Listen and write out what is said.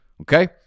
Okay